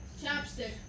Chapstick